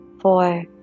four